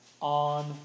on